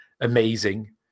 amazing